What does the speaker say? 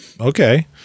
okay